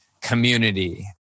community